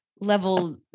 level